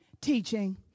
teaching